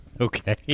okay